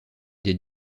des